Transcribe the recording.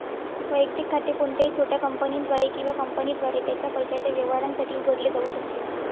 वैयक्तिक खाते कोणत्याही छोट्या कंपनीद्वारे किंवा कंपनीद्वारे त्याच्या पैशाच्या व्यवहारांसाठी उघडले जाऊ शकते